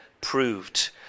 proved